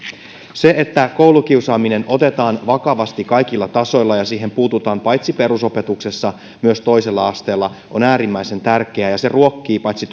se että koulukiusaaminen otetaan vakavasti kaikilla tasoilla ja siihen puututaan paitsi perusopetuksessa myös toisella asteella on äärimmäisen tärkeää ja se ruokkii paitsi